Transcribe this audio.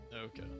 Okay